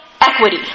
equity